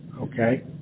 Okay